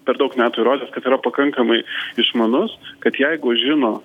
per daug metų įrodęs kad yra pakankamai išmanus kad jeigu žino